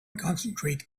concentrate